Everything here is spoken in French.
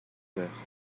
meur